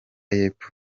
y’epfo